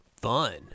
Fun